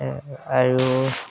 এৰ আৰু